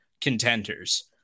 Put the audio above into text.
contenders